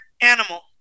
animal